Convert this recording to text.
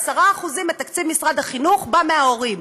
10% מתקציב משרד החינוך בא מההורים.